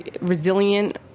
resilient